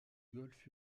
golf